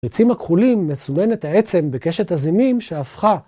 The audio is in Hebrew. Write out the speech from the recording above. בחיצים הכחולים מסומנת העצם בקשת הזימים שהפכה